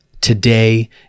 today